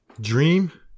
Dream